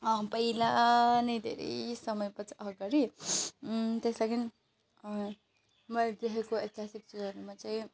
पहिला नै धेरै समयपछि अगाडि त्यस लागि मैले देखेको यता हरूमा चाहिँ